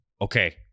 okay